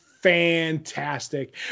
fantastic